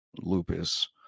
lupus